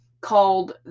called